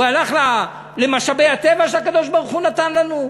הוא הלך למשאבי הטבע שהקדוש-ברוך-הוא נתן לנו?